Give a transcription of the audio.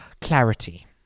clarity